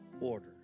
order